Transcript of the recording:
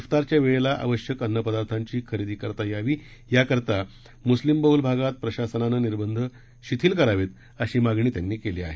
फ्तारच्या वेळेला आवश्यक अन्नपदार्थांची खरेदी करता यावी याकरता मुस्लीम बहुल भागात प्रशासनाने निर्बंध शिथिल करावे अशी मागणी त्यांनी केली आहे